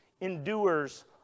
endures